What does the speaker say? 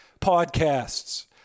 podcasts